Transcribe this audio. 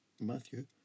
Matthew